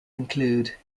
include